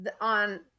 on